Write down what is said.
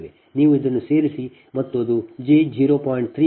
ನೀವು ಇದನ್ನು ಸೇರಿಸಿ ಮತ್ತು ಅದು ಜೆ 0